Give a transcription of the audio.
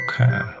Okay